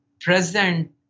present